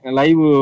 live